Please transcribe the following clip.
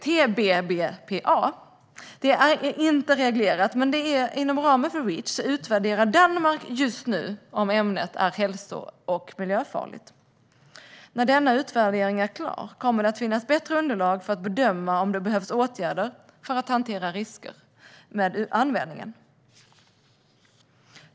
TBBPA är inte reglerat, men inom ramen för Reach utvärderar Danmark just nu om ämnet är hälso och miljöfarligt. När denna utvärdering är klar kommer det att finnas ett bättre underlag för att bedöma om det behöver vidtas åtgärder för att hantera risker med användningen.